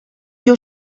your